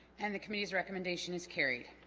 and the committee's recommendation is carried